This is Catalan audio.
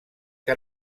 que